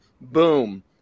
boom